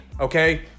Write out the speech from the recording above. okay